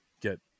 get